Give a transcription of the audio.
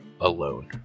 alone